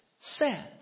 says